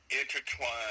intertwined